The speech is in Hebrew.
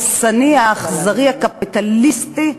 הדורסני, האכזרי, הקפיטליסטי,